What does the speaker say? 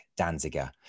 Danziger